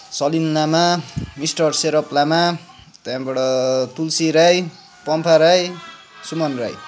Salim Lama mister Serop Lama त्यहाँबाट तुलसी राई पम्फा राई सुमन राई